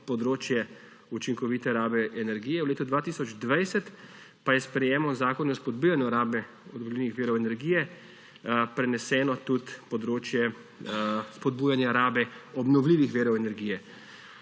področje učinkovite rabe energije, v letu 2020 pa je s sprejemom Zakona o spodbujanju rabe obnovljivih virov energije preneseno tudi področje spodbujanja rabe obnovljivih virov energije.